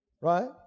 Right